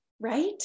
right